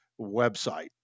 website